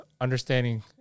understanding